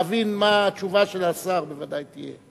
להבין מה תהיה בוודאי התשובה של השר.